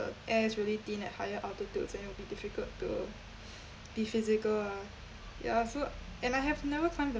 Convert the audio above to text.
air is really thin at higher altitudes and it will be difficult to be physical ah ya so and I have never climbed the